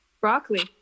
Broccoli